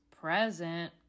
Present